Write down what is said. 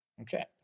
Okay